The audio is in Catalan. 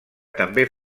també